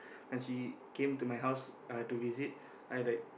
and she came she came to my house to visit I like